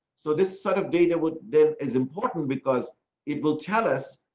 so this sort of data would there is important because it will chalice.